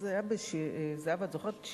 זהבה, את זוכרת?